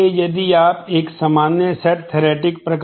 इसलिए यदि आप एक सामान्य सेट थेरैटिक